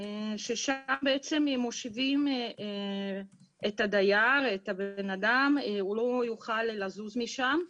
שם מושיבים את הדייר, הוא לא יכול לזוז משם,